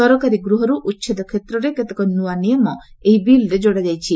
ସରକାରୀ ଗୃହରୁ ଉଚ୍ଛେଦ କ୍ଷେତ୍ରରେ କେତେକ ନୂଆ ନିୟମ ଏହି ବିଲ୍ରେ ଯୋଡ଼ାଯାଇଛି